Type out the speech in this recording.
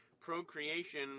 Procreation